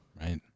Right